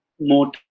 more